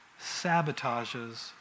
sabotages